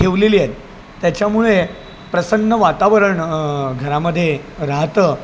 ठेवलेली आहेत त्याच्यामुळे प्रसन्न वातावरण घरामध्ये राहतं